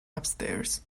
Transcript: upstairs